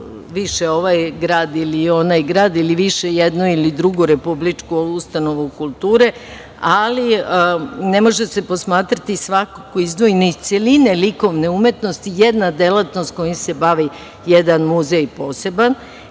više ovaj grad ili onaj grad, ili više jednu ili drugu republičku ustanovu kulture, ali ne može se posmatrati svakako izdvojena iz celine likovne umetnosti jedna delatnost kojom se bavi jedan muzej poseban.